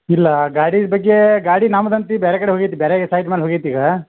ಇಲ್ಲ ಗಾಡಿದ ಬಗ್ಗೆ ಗಾಡಿ ನಮ್ದು ಅಂತಿ ಬ್ಯಾರೆ ಕಡೆ ಹೋಗೇತಿ ಬ್ಯಾರೆಯಾಗೆ ಸೈಟ್ ಮ್ಯಾಲ ಹೋಗೇತಿ ಈಗ